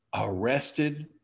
Arrested